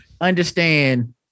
understand